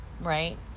right